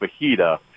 fajita